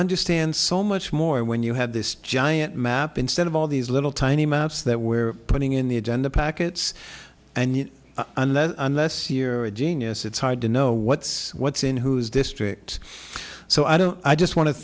understand so much more when you have this giant map instead of all these little tiny maps that we're putting in the agenda packets and unless unless year genius it's hard to know what's what's in whose district so i don't i just want to